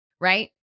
right